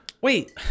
Wait